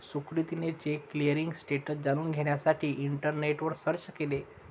सुकृतीने check clearing status जाणून घेण्यासाठी इंटरनेटवर सर्च केले